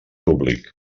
públic